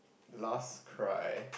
last cry